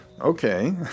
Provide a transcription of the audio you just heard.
Okay